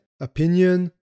opinion